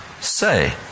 say